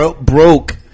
broke